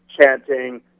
chanting